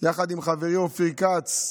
יחד עם חברי אופיר כץ,